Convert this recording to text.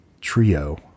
trio